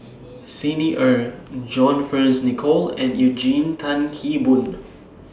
Xi Ni Er John Fearns Nicoll and Eugene Tan Kheng Boon